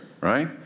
right